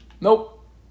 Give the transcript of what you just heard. Nope